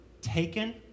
taken